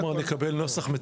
נקבל נוסח מתוקן?